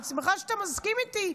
אני שמחה שאתה מסכים איתי,